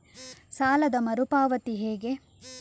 ಸಾಲದ ಮರು ಪಾವತಿ ಹೇಗೆ?